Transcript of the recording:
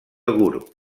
gurb